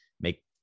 make